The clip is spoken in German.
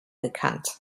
gekannt